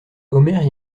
omer